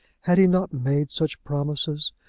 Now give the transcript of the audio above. had he not made such promises?